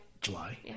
July